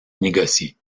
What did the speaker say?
négocier